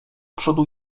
przodu